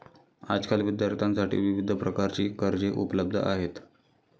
आजकाल विद्यार्थ्यांसाठी विविध प्रकारची कर्जे उपलब्ध आहेत